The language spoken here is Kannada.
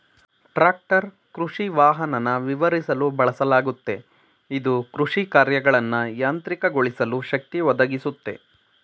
ಟ್ರಾಕ್ಟರ್ ಕೃಷಿವಾಹನನ ವಿವರಿಸಲು ಬಳಸಲಾಗುತ್ತೆ ಇದು ಕೃಷಿಕಾರ್ಯಗಳನ್ನ ಯಾಂತ್ರಿಕಗೊಳಿಸಲು ಶಕ್ತಿ ಒದಗಿಸುತ್ತೆ